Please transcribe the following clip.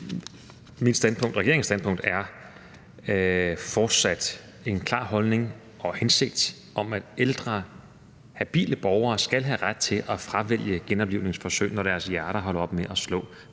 igen. Regeringens standpunkt er fortsat en klar holdning og hensigt om, at ældre habile borgere skal have ret til at fravælge genoplivningsforsøg, når deres hjerter holder op med at slå,